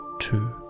Two